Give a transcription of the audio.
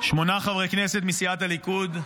שמונה חברי כנסת מסיעת הליכוד,